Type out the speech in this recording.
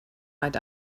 right